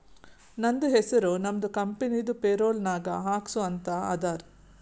ನಂದ ಹೆಸುರ್ ನಮ್ದು ಕಂಪನಿದು ಪೇರೋಲ್ ನಾಗ್ ಹಾಕ್ಸು ಅಂತ್ ಅಂದಾರ